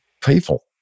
people